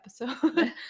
episode